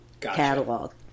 catalog